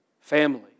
family